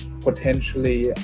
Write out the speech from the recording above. potentially